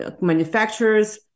manufacturers